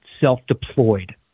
self-deployed